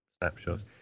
snapshots